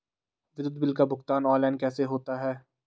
विद्युत बिल का भुगतान ऑनलाइन कैसे होता है?